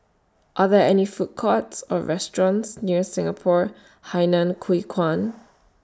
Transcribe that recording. Are There any Food Courts Or restaurants near Singapore Hainan Hwee Kuan